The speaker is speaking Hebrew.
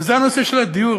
וזה נושא הדיור.